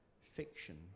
fiction